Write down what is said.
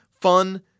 fun